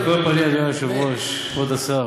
על כל פנים, אדוני היושב-ראש, כבוד השר,